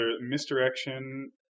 misdirection